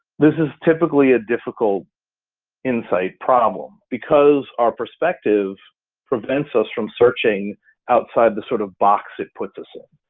this is typically a difficult insight problem because our perspective prevents us from searching outside the sort of box it puts us in.